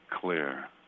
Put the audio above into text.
clear